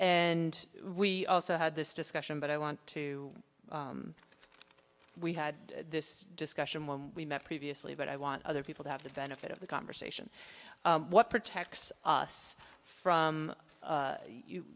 and we also had this discussion but i want to we had this discussion when we met previously but i want other people to have the benefit of the conversation what protects us from